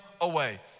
away